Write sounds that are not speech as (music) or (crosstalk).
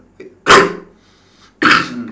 (coughs)